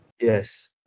Yes